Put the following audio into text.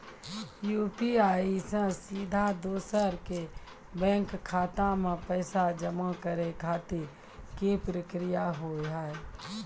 UPI से सीधा दोसर के बैंक खाता मे पैसा जमा करे खातिर की प्रक्रिया हाव हाय?